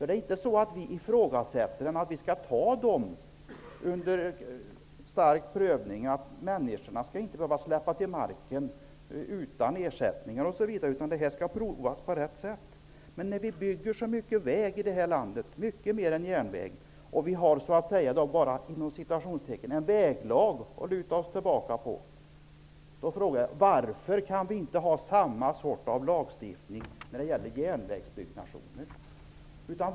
Det skall ske en noggrann prövning. Människor skall inte behöva släppa till marken utan ersättning. Detta skall prövas på rätt sätt. Men vi bygger mycket mer väg än järnväg i detta land. Vi har bara en ''väglag'' att luta oss på. Varför kan vi inte ha samma slags lagstiftning för byggande av järnväg?